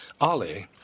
Ollie